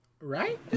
Right